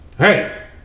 Hey